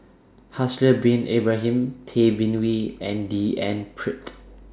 Haslir Bin Ibrahim Tay Bin Wee and D N Pritt